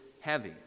heavy